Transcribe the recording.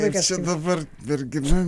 kaip čia dabar mergina